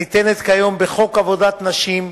הניתנת כיום בחוק עבודת נשים,